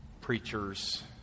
preachers